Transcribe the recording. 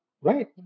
right